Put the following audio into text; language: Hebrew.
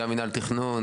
גם מינהל התכנון.